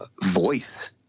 voice